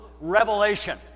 revelation